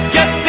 Get